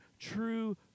true